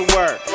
work